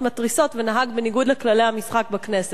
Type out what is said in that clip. מתריסות ונהג בניגוד לכללי המשחק בכנסת.